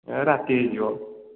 ଏ ରାତି ହୋଇଯିବ